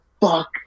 fuck